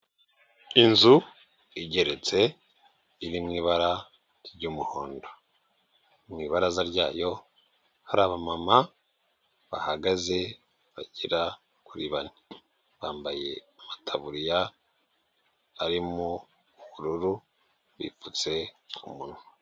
Inzu igeretse iri mu ibara ry'umuhondo, mu ibaraza ryayo hari abamama bahagaze, bagera kuri bane, bambaye amataburiya ari mu bururu bipfutse ku munwa.